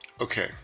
Okay